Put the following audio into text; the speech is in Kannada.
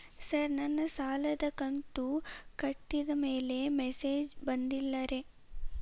ಸರ್ ನನ್ನ ಸಾಲದ ಕಂತು ಕಟ್ಟಿದಮೇಲೆ ಮೆಸೇಜ್ ಬಂದಿಲ್ಲ ರೇ